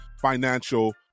financial